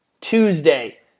Tuesday